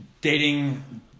dating